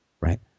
Right